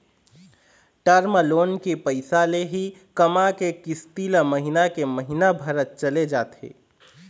term loan के पइसा ले ही कमा के किस्ती ल महिना के महिना भरत चले जाथे